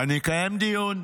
ואני אקיים דיון,